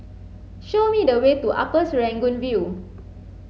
show me the way to Upper Serangoon View